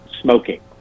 smoking